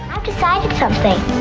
decided something.